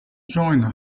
join